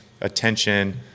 attention